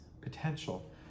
potential